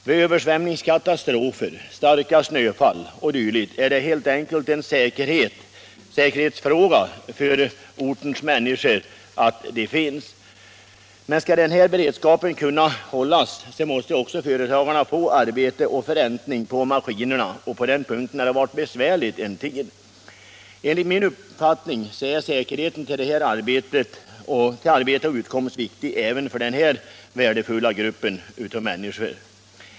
Vid översvämningskatastrofer, starka snöfall o. d., är det helt enkelt en säkerhetsfråga för ortens människor att de finns. Skall denna beredskap kunna hållas måste också företagarna få arbete för och förräntning 2v maskinerna, och på den punkten har det varit besvärligt en tid. Enligt min mening är säkerheten när det gäller arbete och utkomst viktig även för denna värdefulla grupp av människor.